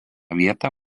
vietą